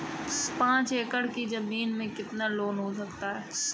पाँच एकड़ की ज़मीन में कितना लोन हो सकता है?